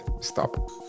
stop